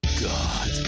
God